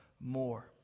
more